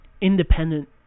independent